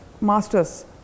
masters